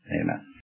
amen